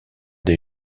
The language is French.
des